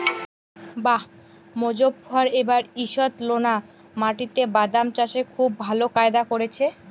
বাঃ মোজফ্ফর এবার ঈষৎলোনা মাটিতে বাদাম চাষে খুব ভালো ফায়দা করেছে